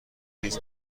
نیز